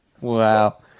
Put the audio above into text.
Wow